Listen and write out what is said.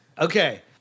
Okay